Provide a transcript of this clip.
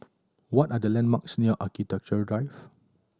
what are the landmarks near Architecture Drive